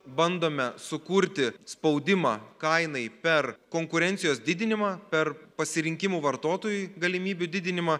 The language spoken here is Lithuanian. bandome sukurti spaudimą kainai per konkurencijos didinimą per pasirinkimų vartotojui galimybių didinimą